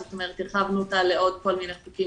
זאת אומרת הרחבנו אותה לעוד כל מיני חוקים